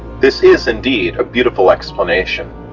this is indeed a beautiful explanation,